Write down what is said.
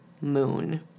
Moon